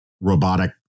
robotic